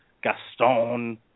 Gaston